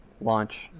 launch